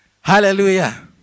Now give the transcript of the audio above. Hallelujah